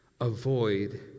avoid